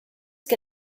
que